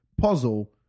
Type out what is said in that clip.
puzzle